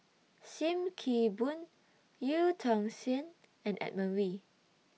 SIM Kee Boon EU Tong Sen and Edmund Wee